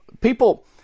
People